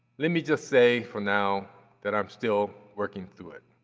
let me just say for now that i'm still working through it.